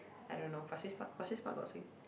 I don't know pasir-ris Park pasir-ris Park got swing